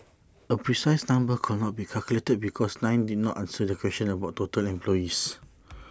A precise number could not be calculated because nine did not answer the question about total employees